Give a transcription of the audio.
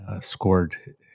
scored